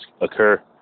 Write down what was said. occur